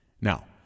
Now